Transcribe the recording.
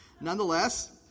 Nonetheless